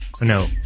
No